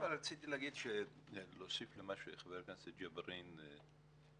ככה רציתי להוסיף למה שחבר הכנסת ג'בארין אמר.